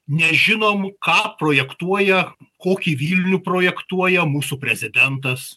nežinom ką projektuoja kokį vilnių projektuoja mūsų prezidentas